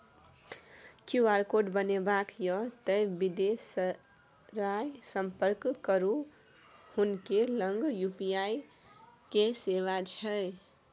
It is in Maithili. क्यू.आर कोड बनेबाक यै तए बिदेसरासँ संपर्क करू हुनके लग यू.पी.आई के सेवा छै